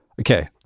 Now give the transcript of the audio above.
okay